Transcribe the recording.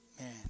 Man